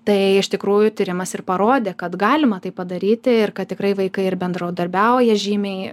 tai iš tikrųjų tyrimas ir parodė kad galima tai padaryti ir kad tikrai vaikai ir bendrodarbiauja žymiai